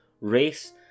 Race